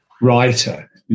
writer